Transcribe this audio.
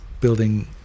building